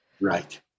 Right